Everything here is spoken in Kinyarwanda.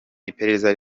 iperereza